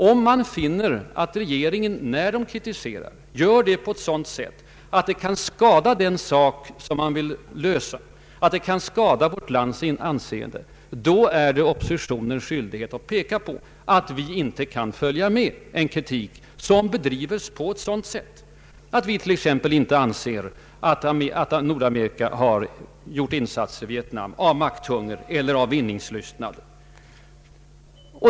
Om vi finner att regeringen kritiserar på ett sådant sätt att den skadar den sak som vi vill lösa, att den kan skada vårt lands anseende, då är vi inom oppositionen skyldiga att påpeka att vi inte kan instämma att vi t.ex. inte anser att Nordamerika har gjort insatser i Vietnam av makthunger eller vinningslystnad.